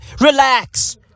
Relax